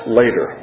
later